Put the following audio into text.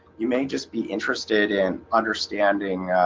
you may just be interested in understanding,